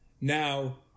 now